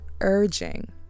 urging